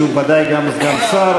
שהוא בוודאי גם סגן שר,